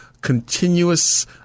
continuous